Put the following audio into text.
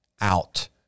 out